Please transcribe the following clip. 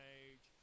age